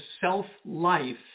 self-life